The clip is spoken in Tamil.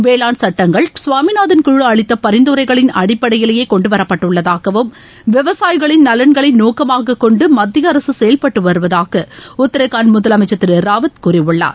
வேளாண் சுவாமிநாதன் அளித்த பரிந்துரைகளின் சுட்டங்கள் குழு கொண்டுவரப்பட்டுள்ளதாகவும் விவசாயிகளின் நலன்களை நோக்கமாகக் கொண்டு மத்திய அரசு செயல்பட்டு வருவதாக உத்தரகாண்ட் முதலமைச்சர் திரு ராவத் கூறியுள்ளார்